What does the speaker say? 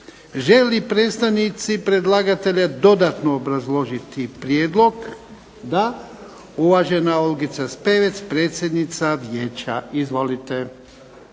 li predstavnici predlagatelja dodatno obrazložiti prijedlog? Da. Uvažena Olgica Spevec, predsjednica Vijeća. Izvolite.